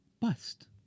bust